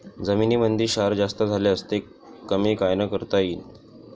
जमीनीमंदी क्षार जास्त झाल्यास ते कमी कायनं करता येईन?